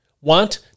want